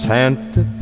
Santa